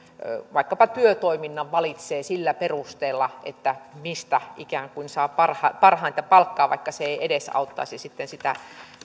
vaikkapa työtoiminnan valitsee sillä perusteella mistä ikään kuin saa parhainta palkkaa vaikka se ei edesauttaisi sitten sitä